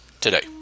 today